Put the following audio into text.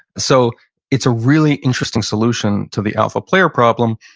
so it's a really interesting solution to the alpha player problem,